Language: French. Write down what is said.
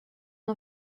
une